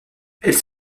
elles